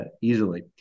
easily